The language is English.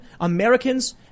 Americans